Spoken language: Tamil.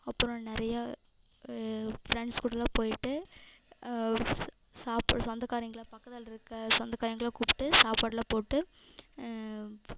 அப்பறம் நிறைய ஃப்ரெண்ட்ஸ் கூடலாம் போயிட்டு சாப்பாடு சொந்தகாரங்கலாம் பக்கத்தில் இருக்க சொந்தக்காரங்கலாம் கூப்பிட்டு சாப்பாடுலாம் போட்டு